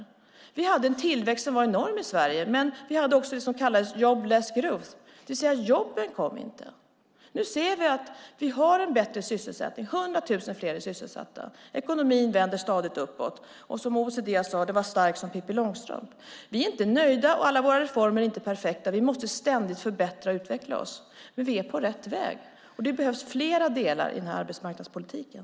Det var en enorm tillväxt i Sverige, men det var också det som kallas jobless growth, det vill säga att det inte skapades några jobb. Sysselsättningsnivån är nu bättre. Nu är 100 000 fler är sysselsatta. Ekonomin vänder stadigt uppåt. OECD säger att den är stark som Pippi Långstrump. Vi är inte nöjda, och alla våra reformer är inte perfekta. Vi måste ständigt förbättra och utveckla oss, men vi är på rätt väg. Det behövs flera delar i arbetsmarknadspolitiken.